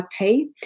IP